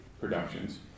productions